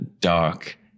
dark